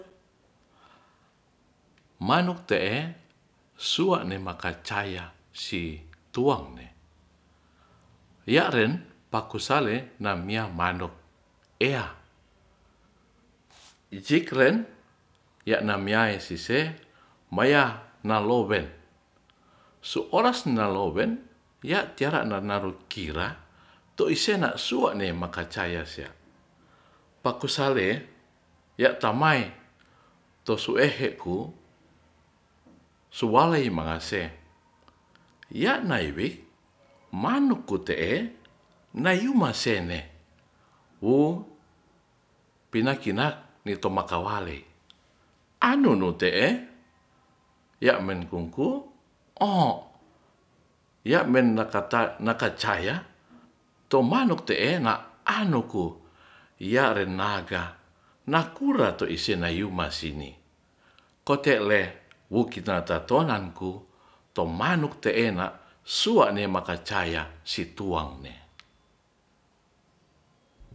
Manuk te'e suane makacaya si tuang ne ya ren paku sale namia mando eya icikren ya na miae sise mayah nalowen su oras nalowen ya tiara nanaru kira tuisena suane makacaya sia pakusale ya tamai to su ehe ku sualei mangase ya naiwi manuk ku te'e nayuma sene wo pina kina nito makawalei anunu te'e ya mengkum ku o ya benda kata na kacaya tu manuk te'e na anuh ku yaren naga nakura tu isenayuma sini kote'le wu kita tatonan ku tomanuk te'e suane makacaya si tuang ne